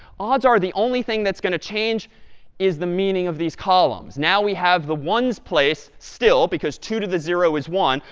odds are the only thing that's going to change is the meaning of these columns. now we have the ones place still, because two to the zero is one,